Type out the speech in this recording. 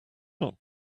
not